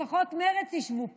לפחות מרצ ישבו פה,